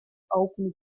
open